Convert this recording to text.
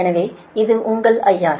எனவே இது உங்கள் IR